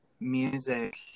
music